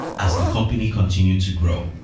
as the company continued to grow.